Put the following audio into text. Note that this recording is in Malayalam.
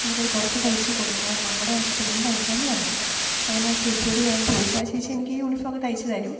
നമുക്കത് പുറത്ത് തയ്ച്ചും കൊടുക്കാം നമ്മുടെ ഇഷ്ടത്തിന് തയ്ക്കാമെന്നു പറഞ്ഞു അങ്ങനെ ആ ചേച്ചിയോട് ഞാൻ ചോദിച്ചു ആ ചേച്ചി എനിക്ക് യൂണിഫോമൊക്കെ തയ്ച്ചുതരും